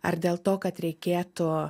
ar dėl to kad reikėtų